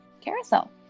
carousel